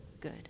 Good